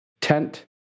tent